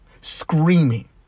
screaming